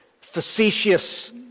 facetious